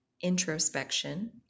introspection